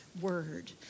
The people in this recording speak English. word